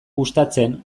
gustatzen